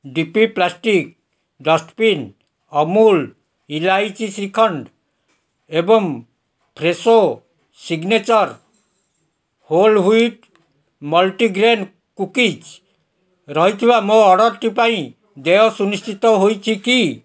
D P plastic dustbin Amul elaichi shrikhand ଏବଂ Fresho signature whole wheat multigrain cookies ରହିଥିବା ମୋ ଅର୍ଡ଼ର୍ଟି ପାଇଁ ଦେୟ ସୁନିଶ୍ଚିତ ହୋଇଛି କି